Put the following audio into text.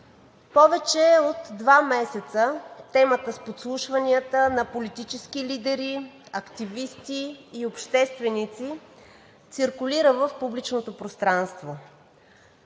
Повече от два месеца темата с подслушванията на политически лидери, активисти и общественици циркулира в публичното пространство.